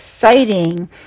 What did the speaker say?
exciting